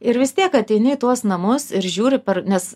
ir vis tiek ateini į tuos namus ir žiūri per nes